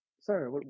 Sir